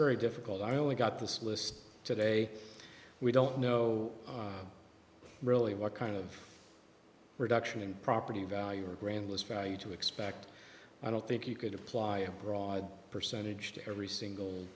very difficult i only got this list today we don't know really what kind of reduction in property value or grandest value to expect i don't think you could apply a broad percentage to every single